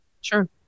sure